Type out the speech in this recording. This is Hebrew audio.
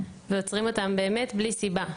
ועוצרים אותם באמת בלי סיבה.